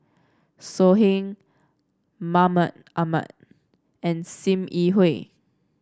So Heng Mahmud Ahmad and Sim Yi Hui